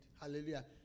hallelujah